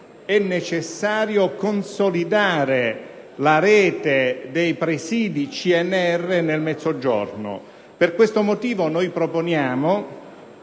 è necessario consolidare la rete dei presidi CNR nel Mezzogiorno. Per questo motivo noi proponiamo,